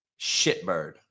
shitbird